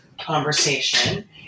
conversation